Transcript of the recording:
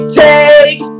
take